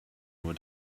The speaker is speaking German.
nur